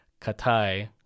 Katai